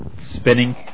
spinning